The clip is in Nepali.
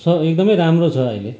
छ एकदमै राम्रो छ अहिले